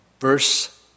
verse